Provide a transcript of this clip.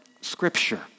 scripture